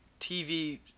TV